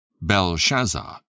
Belshazzar